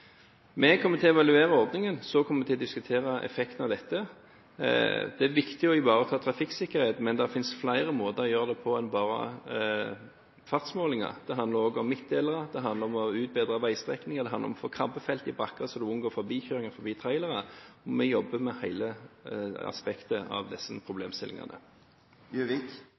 kommer til å evaluere ordningen. Så kommer vi til å diskutere effekten av dette. Det er viktig å ivareta trafikksikkerheten, men det finnes flere måter å gjøre det på enn bare ved fartsmålinger. Det handler også om midtdelere, det handler om å utbedre veistrekninger, det handler om å få krabbefelt i bakker så en unngår forbikjøringer av trailere. Vi jobber med hele aspektet av disse problemstillingene.